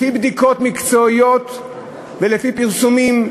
לפי בדיקות מקצועיות ולפי פרסומים,